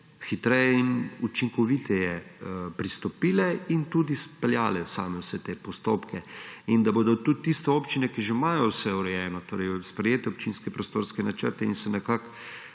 hitreje in učinkoviteje pristopile in tudi izpeljale same vse te postopke, in da bodo tudi tiste občine, ki že imajo vse urejeno, torej sprejete občinske prostorske načrte, in nekako